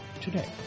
today